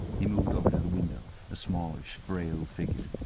he moved over to the window a smallish, frail figure,